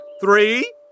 Three